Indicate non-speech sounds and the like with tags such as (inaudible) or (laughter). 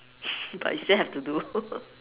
but you still have to do (laughs)